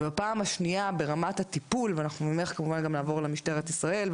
ובפעם השנייה ברמת הטיפול ואנחנו ממך כמובן גם נעבור למשטרת ישראל,